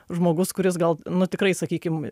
žmogus kuris gal nu tikrai sakykim